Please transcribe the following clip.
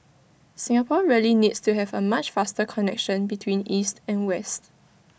Singapore really needs to have A much faster connection between east and west